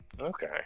Okay